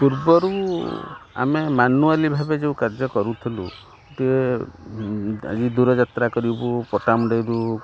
ପୂର୍ବରୁ ଆମେ ମାନୁଆଲି ଭାବେ ଯେଉଁ କାର୍ଯ୍ୟ କରୁଥିଲୁ ଟିକେ ଆଜି ଦୂରଯାତ୍ରା କରିବୁ ପଟ୍ଟାମୁଣ୍ଡେଇରୁ